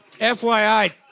FYI